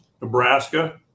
Nebraska